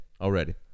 already